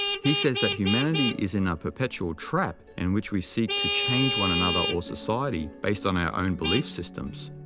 he says that humanity is in a perpetual trap in which we seek to change one another or society based on our own belief systems.